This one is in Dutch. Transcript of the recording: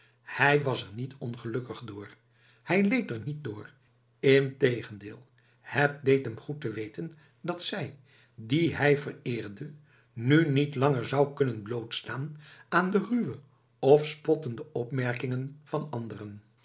hij was er niet ongelukkig door hij leed er niet door integendeel het deed hem goed te weten dat zij die hij vereerde nu niet langer zou kunnen blootstaan aan de ruwe of spottende opmerkingen van anderen